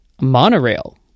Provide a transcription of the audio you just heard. monorail